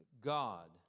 God